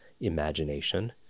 imagination